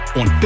on